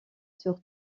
sur